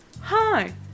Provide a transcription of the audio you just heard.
hi